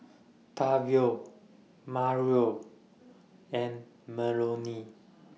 Tavion Mario and Melony